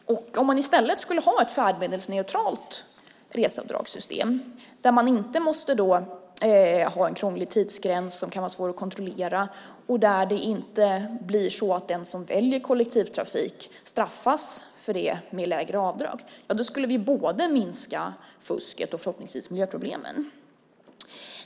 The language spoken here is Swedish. Om man i stället skulle ha ett färdmedelsneutralt reseavdragssystem, där man inte måste ha en krånglig tidsgräns som kan vara svår att kontrollera och det inte blir så att den som väljer kollektivtrafik straffas för det med lägre avdrag, då skulle vi minska både fusket och förhoppningsvis miljöproblemen.